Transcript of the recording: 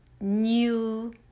new